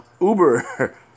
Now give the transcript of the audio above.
Uber